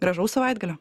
gražaus savaitgalio